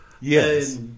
Yes